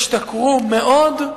השתכרו מאוד.